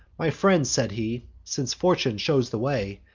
my friends said he, since fortune shows the way,